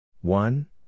one